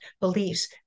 beliefs